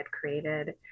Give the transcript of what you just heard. created